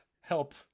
help